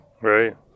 Right